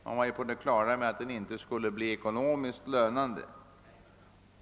Man var på det klara med att projektet inte skulle bli ekonomiskt lönande.